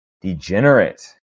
Degenerate